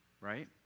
Right